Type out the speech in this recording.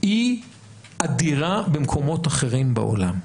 היא אדירה במקומות אחרים בעולם.